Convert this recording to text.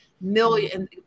million